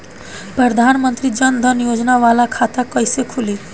प्रधान मंत्री जन धन योजना वाला खाता कईसे खुली?